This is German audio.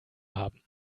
haben